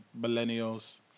millennials